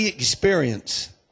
experience